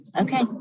okay